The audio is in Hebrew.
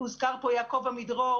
הוזכר פה יעקב עמידרור,